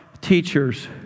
teachers